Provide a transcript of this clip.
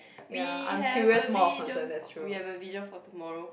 we have a vision we have a vision for tomorrow